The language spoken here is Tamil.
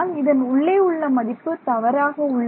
ஆனால் இதன் உள்ளே உள்ள மதிப்பு தவறாக உள்ளது